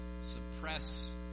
suppress